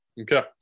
Okay